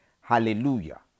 Hallelujah